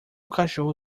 cachorro